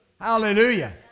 Hallelujah